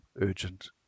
urgent